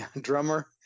drummer